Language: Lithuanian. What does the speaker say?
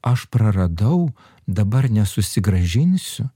aš praradau dabar nesusigrąžinsiu